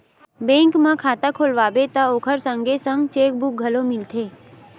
bank म खाता खोलवाबे त ओखर संगे संग चेकबूक घलो मिलथे